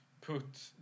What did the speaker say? put